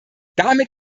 damit